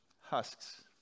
Husks